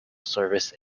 service